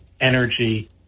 energy